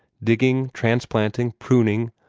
digging, transplanting, pruning,